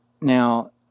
Now